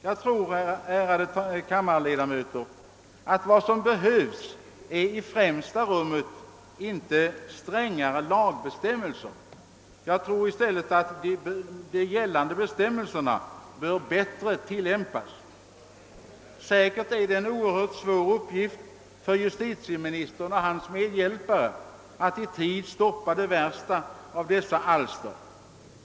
Jag tror, ärade kammarledamöter, att vad som behövs i främsta rummet är inte strängare lagbestämmelser, utan att gällande bestämmelser bättre tillämpas. Säkert är det en oerhört svår uppgift för justitieministern och hans medhjälpare att i tid stoppa de värsta av dessa alster.